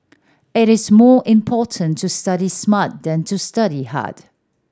it is more important to study smart than to study hard